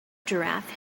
giraffe